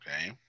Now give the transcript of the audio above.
Okay